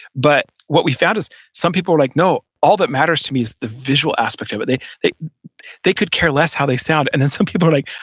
but what we found is some people were like, no, all that matters to me is the visual aspect but of it. they could care less how they sound. and then some people are like,